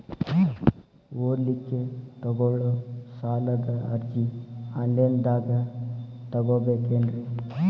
ಓದಲಿಕ್ಕೆ ತಗೊಳ್ಳೋ ಸಾಲದ ಅರ್ಜಿ ಆನ್ಲೈನ್ದಾಗ ತಗೊಬೇಕೇನ್ರಿ?